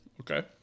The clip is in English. Okay